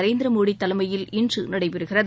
நரேந்திர மோடி தலைமையில் இன்று நடைபெறுகிறது